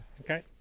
Okay